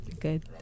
Good